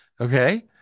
Okay